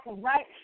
right